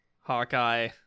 Hawkeye